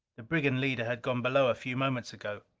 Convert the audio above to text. the brigand leader had gone below a few moments ago,